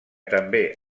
també